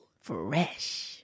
Fresh